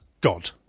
God